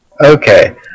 Okay